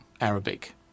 Arabic